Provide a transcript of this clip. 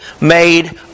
made